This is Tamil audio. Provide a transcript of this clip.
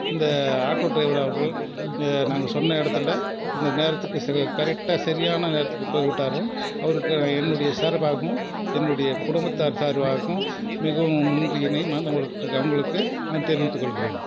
இந்த ஆட்டோ டிரைவர் அவர்கள் நாங்கள் சொன்ன இடத்துல அந்த நேரத்துக்கு சே கரெக்டாக சரியான நேரத்துக்கு போய் விட்டாரு அவருக்கு என்னுடைய சார்பாகவும் என்னுடைய குடும்பத்தார் சார்பாகவும் மிகவும் உண்றி இணை அவங்களுக்கு நான் தெரிவித்துக்கொள்கிறேன்